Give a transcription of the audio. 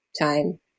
time